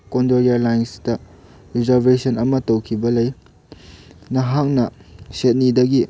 ꯀꯣꯟꯗꯣ ꯏꯌꯥꯔꯂꯥꯏꯟꯁꯇ ꯔꯤꯖꯥꯔꯕꯦꯁꯟ ꯑꯃ ꯇꯧꯈꯤꯕ ꯂꯩ ꯅꯍꯥꯛꯅ ꯁꯤꯗꯅꯤꯗꯒꯤ